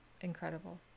incredible